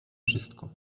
wszystko